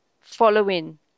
following